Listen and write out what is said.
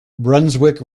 brunswick